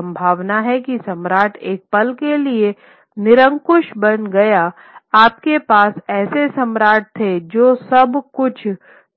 एक संभावना है कि सम्राट एक पल के लिए निरंकुश बन जाए आपके पास ऐसे सम्राट थे जो सब कुछ